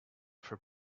for